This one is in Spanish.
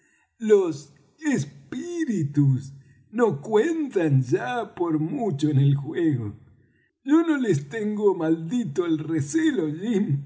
los espíritus no cuentan ya por mucho en el juego yo no les tengo maldito el recelo